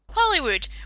Hollywood